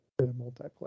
multiplayer